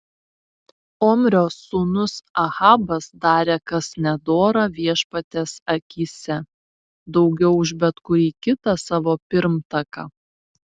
omrio sūnus ahabas darė kas nedora viešpaties akyse daugiau už bet kurį kitą savo pirmtaką